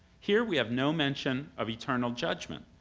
here we have no mention of eternal judgment,